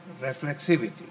reflexivity